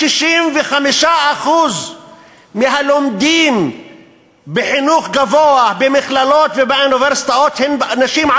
65% מהלומדים הערבים בחינוך גבוה במכללות ובאוניברסיטאות הם נשים.